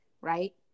right